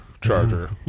Charger